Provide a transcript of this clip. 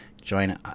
Join